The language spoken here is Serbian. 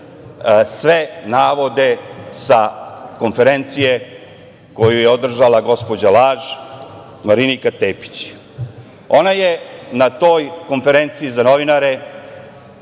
sve navode sa konferencije koju je održala gospođa laž, Marinika Tepić. Ona je na toj konferenciji za novinare